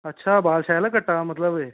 अच्छा बाल शैल ऐ कट्टा दा मतलब एह्